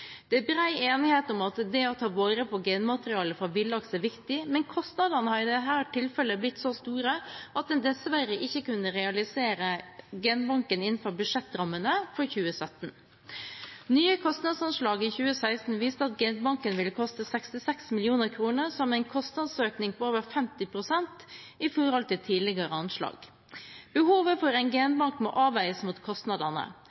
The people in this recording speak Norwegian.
Det er bred enighet om at det å ta vare på genmaterialet fra villaks er viktig, men kostnadene har i dette tilfellet blitt så store at en dessverre ikke kunne realisere genbanken innenfor budsjettrammene for 2017. Nye kostnadsanslag i 2016 viste at genbanken ville koste 66 mill. kr, som er en kostnadsøkning på over 50 pst. i forhold til tidligere anslag. Behovet for en genbank må avveies mot kostnadene.